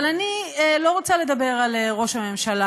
אבל אני לא רוצה לדבר על ראש הממשלה,